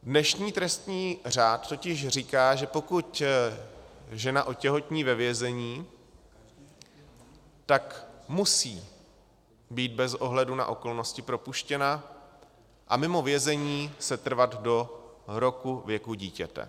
Dnešní trestní řád totiž říká, že pokud žena otěhotní ve vězení, tak musí být bez ohledu na okolnosti propuštěna a mimo vězení setrvat do roku věku dítěte.